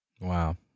wow